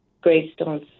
gravestones